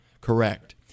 correct